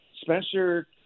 Spencer